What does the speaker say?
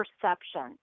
perception